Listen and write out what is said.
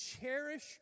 cherish